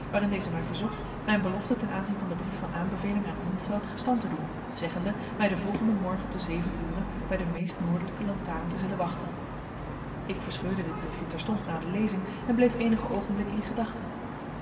waarin deze mij verzocht mijn belofte ten aanzien van den brief van aanbeveling aan holmfeld gestand te doen zeggende mij den volgenden morgen te zeven uren bij de meest noordelijke lantaarn te zullen wachten ik verscheurde dit briefje terstond na de lezing en bleef eenige oogenblikken in gedachten